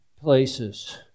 places